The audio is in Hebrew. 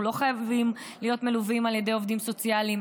אנחנו לא חייבים להיות מלווים על ידי עובדים סוציאליים,